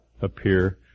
appear